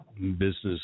business